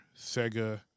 Sega